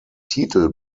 titel